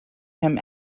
him